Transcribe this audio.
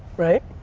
right?